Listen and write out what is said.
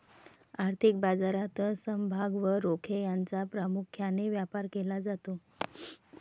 आर्थिक बाजारात समभाग व रोखे यांचा प्रामुख्याने व्यापार केला जातो